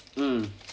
mm